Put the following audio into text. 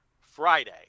Friday